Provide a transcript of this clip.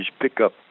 pickup